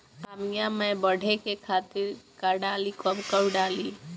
आमिया मैं बढ़े के खातिर का डाली कब कब डाली?